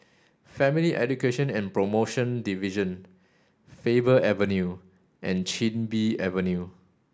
Family Education and Promotion Division Faber Avenue and Chin Bee Avenue